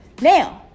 Now